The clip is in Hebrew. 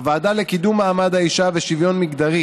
הוועדה לקידום מעמד האישה ולשוויון מגדרי